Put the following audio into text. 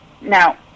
Now